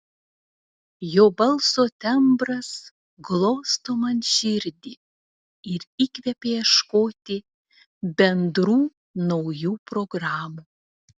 jo balso tembras glosto man širdį ir įkvepia ieškoti bendrų naujų programų